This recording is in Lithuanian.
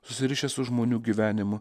susirišęs su žmonių gyvenimu